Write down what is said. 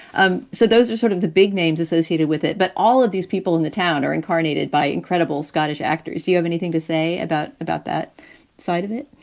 um so those are sort of the big names associated with it. but all of these people in the town are incarnated by incredible scottish actors. do you have anything to say about about that side of it?